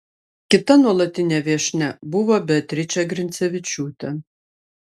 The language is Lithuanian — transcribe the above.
kita nuolatinė viešnia buvo beatričė grincevičiūtė